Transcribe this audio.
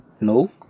No